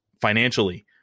financially